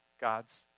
God's